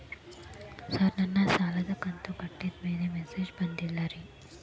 sir ನನ್ನ ಸಾಲದ ಕಂತು ಕಟ್ಟಿದಮೇಲೆ ಮೆಸೇಜ್ ಬಂದಿಲ್ಲ ರೇ